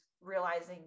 realizing